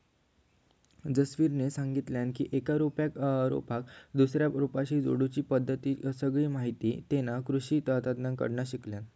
जसवीरने सांगितल्यान की एका रोपाक दुसऱ्या रोपाशी जोडुची पद्धतीची सगळी माहिती तेना कृषि तज्ञांकडना शिकल्यान